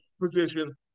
position